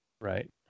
Right